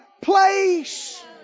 place